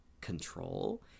Control